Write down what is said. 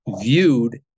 viewed